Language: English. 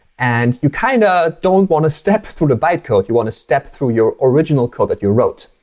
and you kind of don't want to step through the bytecode. you want to step through your original code that you wrote.